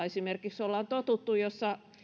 esimerkiksi terveydenhuoltoalalla ollaan totuttu jossa